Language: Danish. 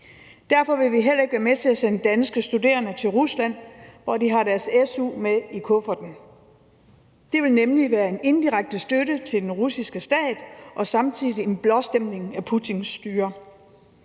Derfor vil vi heller ikke være med til at sende danske studerende til Rusland, hvor de har deres su med i kufferten. Det vil nemlig være en indirekte støtte til den russiske stat og samtidig en blåstempling af Putins styre.